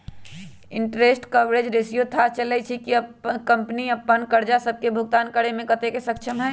interest coverage ratio से थाह चललय छै कि कंपनी अप्पन करजा सभके भुगतान करेमें कतेक सक्षम हइ